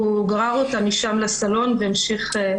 הוא גרר אותה משם לסלון והמשיך,